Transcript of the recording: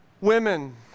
women